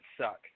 suck